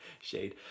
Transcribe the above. Shade